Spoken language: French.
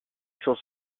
sont